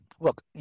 look